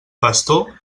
pastor